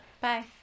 Bye